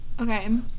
Okay